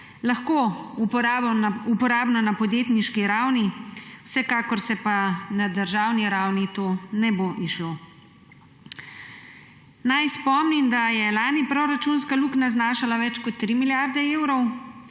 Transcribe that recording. lahko uporabno na podjetniški ravni, vsekakor se pa na državni ravni to ne bo izšlo. Naj spomnim, da je lani proračunska luknja znašala več kot 3 milijarde evrov,